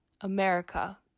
America